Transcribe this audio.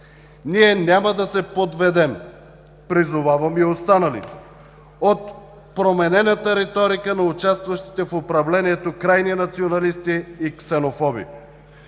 Ние няма да се подведем – призовавам и останалите, от променената риторика на участващите в управлението крайни националисти и ксенофоби.